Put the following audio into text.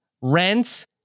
rents